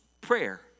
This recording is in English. prayer